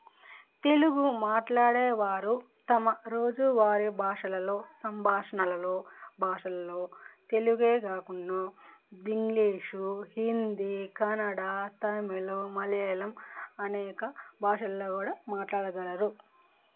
తెలుగు మాట్లాడేవారు తమ రోజు వారి భాషలలో సంభాషణలలో భాషల్లో తెలుగే కాకుండా ఇంగ్లీష్ హిందీ కనడా తమిళు మలయాళం అనేక భాషల్లో కూడా మాట్లాడగలరు